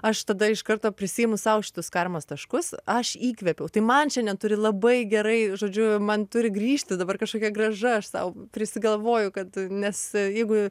aš tada iš karto prisiimu sau šitus karmos taškus aš įkvėpiau tai man šiandien turi labai gerai žodžiu man turi grįžti dabar kažkokią grąžą aš sau prisigalvoju kad nes jeigu